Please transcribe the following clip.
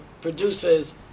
produces